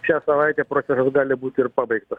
šią savaitę procesas gali būt ir pabaigtas